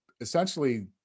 essentially